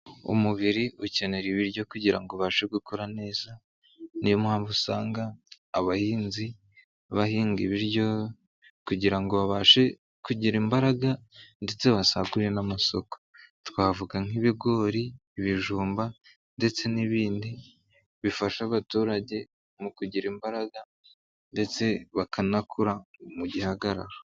Umubiri ukenera ibiryo kugirango ubashe gukora neza, niyo mpamvu usanga abahinzi bahinga ibiryo kugirango babashe kugira imbaraga ndetse basagurire n'amasoko, twavuga nk'ibigori, ibijumba ndetse n'ibindi, bifasha abaturage mu kugira imbaraga ndetse bakanakura mu gihagararo.